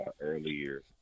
earlier